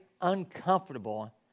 uncomfortable